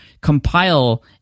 compile